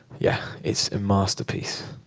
yeah, it's a masterpiece.